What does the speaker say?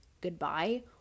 goodbye